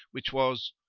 which was,